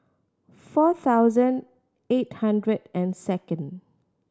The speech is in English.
four thousand eight hundred and second